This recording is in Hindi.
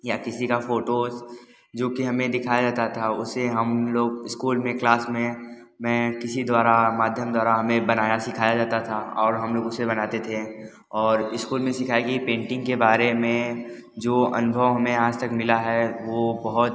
या किसी का फोटो जो कि हमें दिखाया जाता था उसे हम लोग स्कूल में क्लास में मैं किसी द्वारा माध्यम द्वारा हमें बनाया सिखाया जाता था और हम लोग उसे बनाते थे और स्कूल में सिखाई गई पेंटिंग के बारे में जो अनुभव हमें आज तक मिला है वो बहुत